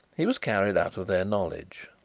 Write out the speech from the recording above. he was carried out of their knowledge.